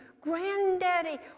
granddaddy